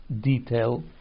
detail